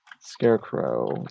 Scarecrow